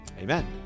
Amen